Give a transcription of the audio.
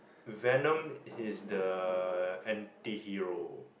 Venom he's the antihero